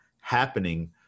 happening